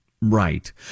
Right